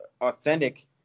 Authentic